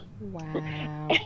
Wow